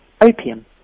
opium